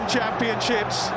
Championships